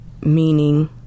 meaning